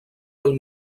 pel